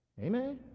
Amen